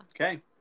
Okay